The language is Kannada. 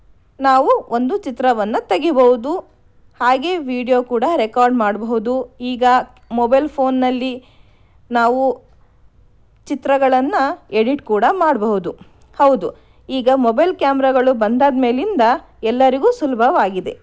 ನಾವು ಒಂದು ಚಿತ್ರವನ್ನು ತೆಗಿಬಹುದು ಹಾಗೆ ವೀಡಿಯೋ ಕೂಡ ರೆಕಾರ್ಡ್ ಮಾಡಬಹುದು ಈಗ ಮೊಬೈಲ್ ಫೋನ್ನಲ್ಲಿ ನಾವು ಚಿತ್ರಗಳನ್ನು ಎಡಿಟ್ ಕೂಡ ಮಾಡಬಹುದು ಹೌದು ಈಗ ಮೊಬೈಲ್ ಕ್ಯಾಮ್ರಾಗಳು ಬಂದಾದ್ಮೇಲಿಂದ ಎಲ್ಲರಿಗೂ ಸುಲಭವಾಗಿದೆ